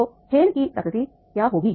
तो खेल की प्रकृति क्या होगी